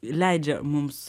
leidžia mums